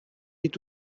est